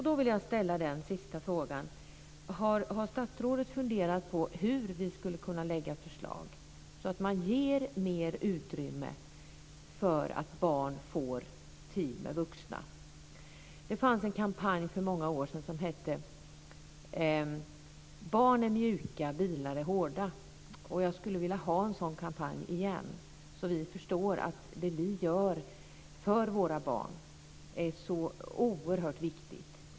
Då vill jag ställa den sista frågan: Har statsrådet funderat på hur vi skulle kunna lägga fram förslag så att man ger mer utrymme för att barn får tid med vuxna? Det fanns en kampanj för många år sedan där det hette: Barn är mjuka, bilar är hårda. Jag skulle vilja ha en sådan kampanj igen, så att vi förstår att det vi gör för våra barn är så oerhört viktigt.